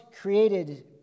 created